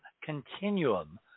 continuum